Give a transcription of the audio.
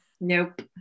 nope